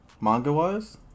Manga-wise